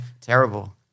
terrible